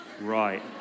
Right